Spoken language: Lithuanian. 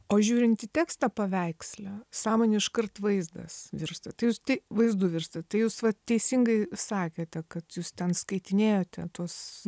o žiūrint į tekstą paveiksle sąmonė iškart vaizdas virsta tai jūs tai vaizdu virsta tai jūs vat teisingai sakėte kad jūs ten skaitinėjote tuos